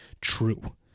true